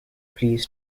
please